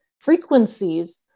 frequencies